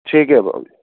ٹھیک ہے بابو جی